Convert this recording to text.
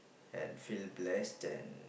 and feel blessed and